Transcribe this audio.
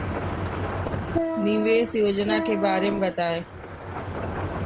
निवेश योजना के बारे में बताएँ?